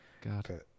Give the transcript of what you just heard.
God